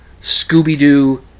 Scooby-Doo